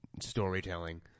storytelling